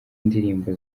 ndirimbo